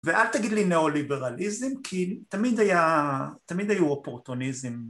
ואל תגיד לי נאו-ליברליזם כי תמיד היו אופורטוניזם